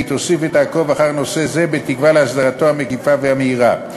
והיא תוסיף ותעקוב אחר נושא זה בתקווה להסדרתו המקיפה והמהירה.